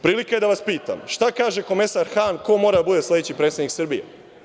Prilika je da vas pitam šta kaže komesar Han ko mora da bude sledeći predsednik Srbije?